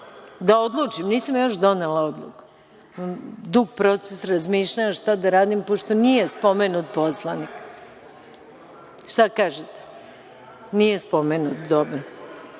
vrlo jasno.)Nisam još donela odluku. Dug proces razmišljanja šta da radim, pošto nije spomenut poslanik. Šta kažete, nije spomenut?